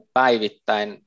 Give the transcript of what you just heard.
päivittäin